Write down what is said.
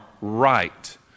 right